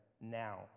now